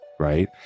right